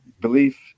belief